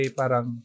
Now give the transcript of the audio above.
parang